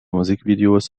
musikvideos